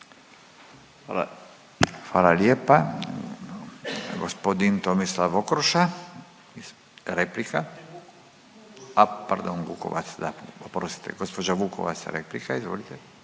Hvala lijepa. G. Tomislav Okroša, replika. A, pardon, Vukovac, da, oprostite, gđa Vukovac, replika, izvolite.